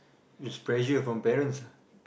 is pressure from parents lah